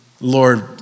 Lord